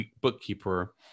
bookkeeper